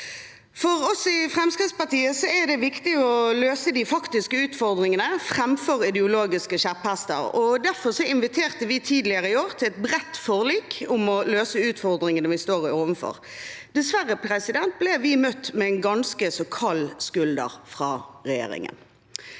For oss i Fremskrittspartiet er det viktig å løse de faktiske utfordringene framfor å ri ideologiske kjepphester, og derfor inviterte vi tidligere i år til et bredt forlik for å løse de utfordringene vi står overfor. Dessverre ble vi møtt med en ganske så kald skulder fra regjeringen.